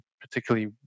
particularly